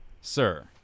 sir